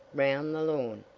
round the lawn,